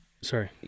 sorry